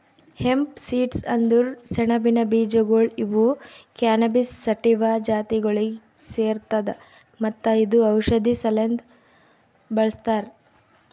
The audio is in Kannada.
ಹೆಂಪ್ ಸೀಡ್ಸ್ ಅಂದುರ್ ಸೆಣಬಿನ ಬೀಜಗೊಳ್ ಇವು ಕ್ಯಾನಬಿಸ್ ಸಟಿವಾ ಜಾತಿಗೊಳಿಗ್ ಸೇರ್ತದ ಮತ್ತ ಇದು ಔಷಧಿ ಸಲೆಂದ್ ಬಳ್ಸತಾರ್